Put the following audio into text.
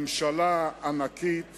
ממשלה ענקית